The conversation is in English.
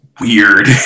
weird